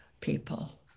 people